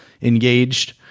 engaged